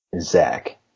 Zach